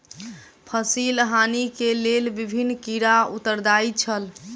फसिल हानि के लेल विभिन्न कीड़ा उत्तरदायी छल